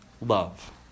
love